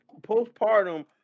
postpartum